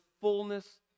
fullness